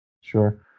Sure